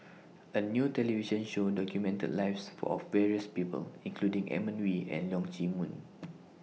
A New television Show documented The Lives of various People including Edmund Wee and Leong Chee Mun